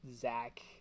Zach